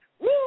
Woo